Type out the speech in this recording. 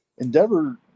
Endeavor